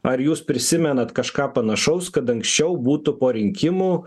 ar jūs prisimenat kažką panašaus kad anksčiau būtų po rinkimų